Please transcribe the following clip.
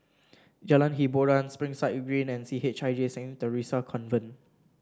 Jalan Hiboran Springside and C H I J Saint Theresa Convent